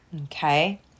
Okay